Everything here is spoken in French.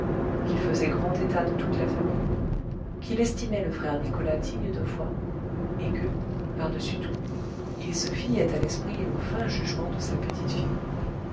qu'il faisait grand état de toute la famille qu'il estimait le frère nicolas digne de foi et que par-dessus tout il se fiait à l'esprit et au fin jugement de sa